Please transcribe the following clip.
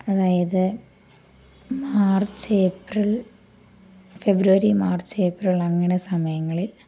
അതായത് March April February March April അങ്ങനെ സമയങ്ങളിൽ